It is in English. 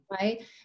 right